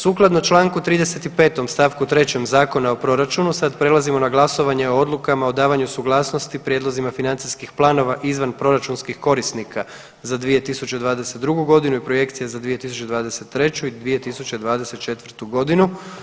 Sukladno Članku 35. stavku 3. Zakona o proračunu sad prelazimo na glasovanje o odlukama o davanju suglasnosti prijedlozima financijskih planova izvanproračunskih korisnika za 2022. i projekcija za 2023. i 2024. godinu.